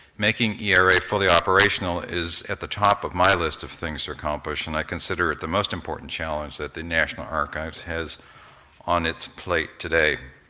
era fully operational is at the top of my list of things to accomplish, and i consider it the most important challenge that the national archives has on its plate today.